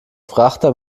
frachter